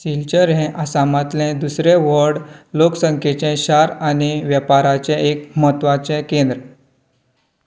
सिलचर हें आसामांतलें दुसरें व्हड लोकसंख्येचें शार आनी वेपाराचें एक म्हत्वाचें केंद्र